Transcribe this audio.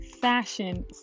fashion